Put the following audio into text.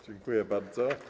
Dziękuję bardzo.